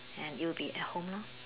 and it would be at home ah